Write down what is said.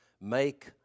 make